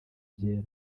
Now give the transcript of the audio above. byera